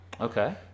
Okay